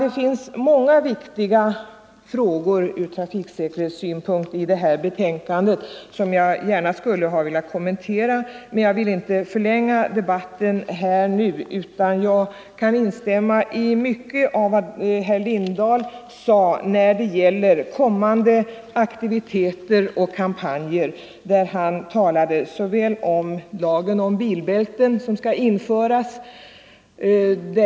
Det finns många viktiga frågor i betänkandet som jag gärna skulle ha velat kommentera ur trafiksäkerhetssynpunkt, men jag vill inte ytterligare förlänga debatten utan kan nöja mig med att instämma i mycket av det som herr Lindahl i Lidingö sade när det gäller kommande aktiviteter och kampanjer. Han talade bl.a. om den lag om bilbälten som skall införas.